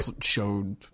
showed